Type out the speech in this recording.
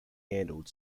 handled